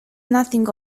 nothing